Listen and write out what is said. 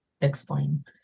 explain